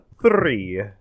three